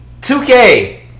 2K